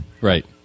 Right